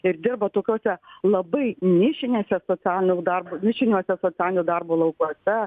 ir dirba tokiose labai nišinėse socialinio darbo nišiniuose socialinio darbo laukuose